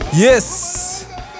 Yes